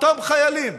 אותם חיילים